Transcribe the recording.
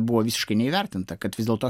buvo visiškai neįvertinta kad vis dėlto